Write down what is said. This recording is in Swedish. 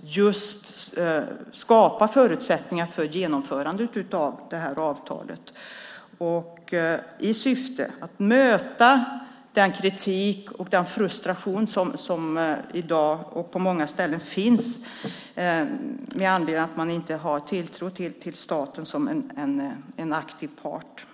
just har att skapa förutsättningar för ett genomförande av avtalet i syfte att möta den kritik och den frustration som i dag finns på många ställen därför att man inte har en tilltro till staten som aktiv part.